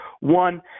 One